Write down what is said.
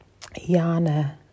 Yana